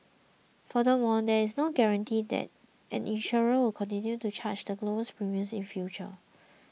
furthermore there is no guarantee that an insurer will continue to charge the lowest premiums in future